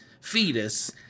fetus